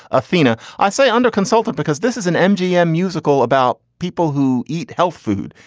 athena, i say under consultive because this is an mgm musical about people who eat health food.